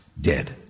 dead